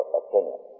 opinion